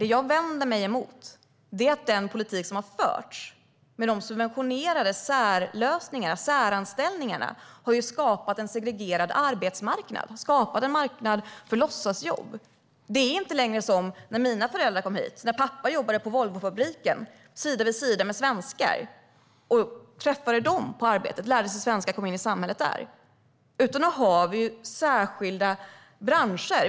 Det jag vänder mig mot är att den politik som har förts, med de subventionerade särlösningarna och säranställningarna, har skapat en segregerad arbetsmarknad. Det är en marknad för låtsasjobb. Det är inte längre som när mina föräldrar kom hit. Pappa jobbade på Volvofabriken sida vid sida med svenskar, lärde sig svenska och kom in i samhället genom jobbet. Nu finns särskilda branscher.